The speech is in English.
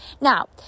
Now